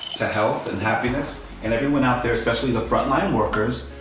to health and happiness and everyone out there, especially the frontline workers,